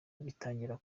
bitangira